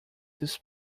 this